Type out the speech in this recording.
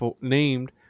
named